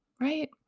Right